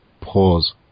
Pause